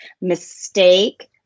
mistake